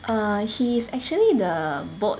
err he is actually the boat